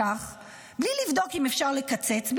שקלים בלי לבדוק אם אפשר לקצץ,